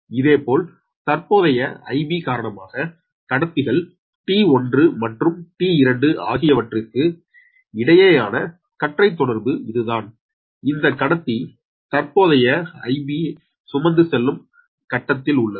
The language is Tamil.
இதேபோல் தற்போதைய Ib காரணமாக கடத்திகள் T1 மற்றும் T2 ஆகியவற்றுக்கு இடையேயான கற்றைத் தொடர்பு இதுதான் இந்த கடத்தி தற்போதைய Ib சுமந்து செல்லும் கட்டத்தில் உள்ளது